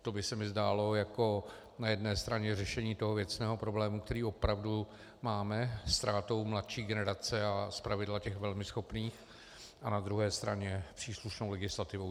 To by se mi zdálo jako na jedné straně řešení věcného problému, který opravdu máme ztrátou mladší generace a zpravidla těch velmi schopných, a na druhé straně příslušnou legislativou.